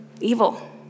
evil